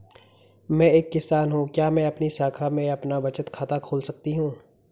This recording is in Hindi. मैं एक किसान हूँ क्या मैं आपकी शाखा में अपना बचत खाता खोल सकती हूँ?